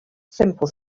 simple